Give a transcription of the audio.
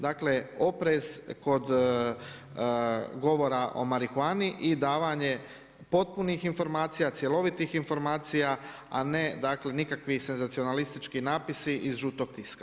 Dakle, oprez kod govora o marihuani i davanje i potpunih informacija, cjelovitih informacija, a ne dakle, nikakvi senzacionalistički napisi iz žutog tiska.